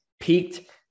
peaked